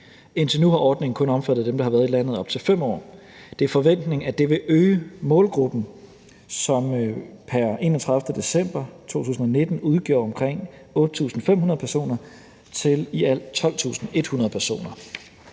Indtil nu har ordningen kun omfattet dem, der har været i landet i op til 5 år. Det er forventningen, at det vil øge målgruppen, som pr. 31. december 2019 udgjorde omkring 8.500 personer, til i alt 12.100 personer.